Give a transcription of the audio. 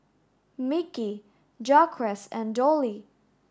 Mickie Jaquez and Dollie